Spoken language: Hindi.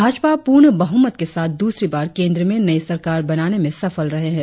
भाजपा पूर्ण बहुमत के साथ दूसरी बार केंद्र में नई सरकार बनाने में सफल रहे है